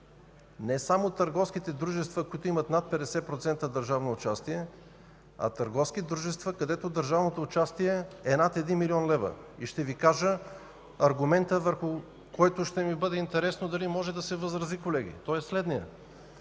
не само търговските дружества, които имат над 50% държавно участие, а търговските дружества, където държавното участие е над 1 млн. лв. Ще Ви кажа аргумента, върху който ще ми бъде интересно дали може да се възрази. Той е следният.